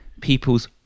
people's